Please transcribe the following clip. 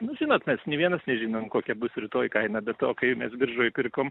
nu žinot mes nė vienas nežinom kokia bus rytoj kaina bet o kai mes biržoj pirkom